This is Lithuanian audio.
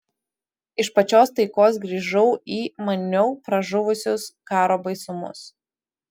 iš pačios taikos grįžau į maniau pražuvusius karo baisumus